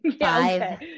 Five